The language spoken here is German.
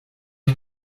ich